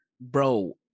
bro